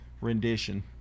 rendition